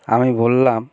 আমি বললাম